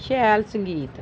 शैल संगीत